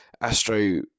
Astro